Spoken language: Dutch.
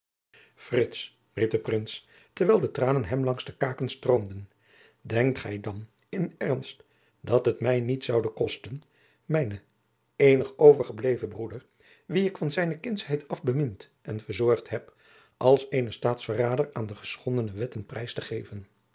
riep de prins terwijl de tranen hem langs de kaken stroomden denkt gij dan in ernst dat het mij niets zoude kosten mijnen eenig overgeblevenen broeder wien ik van zijne kindsheid af bemind en verzorgd heb als eenen staatsverrader aan de geschondene wetten prijs te geven